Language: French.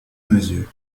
mesure